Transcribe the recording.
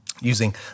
using